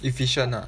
efficient ah